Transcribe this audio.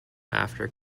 after